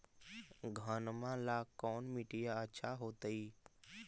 घनमा ला कौन मिट्टियां अच्छा होतई?